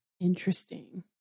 Interesting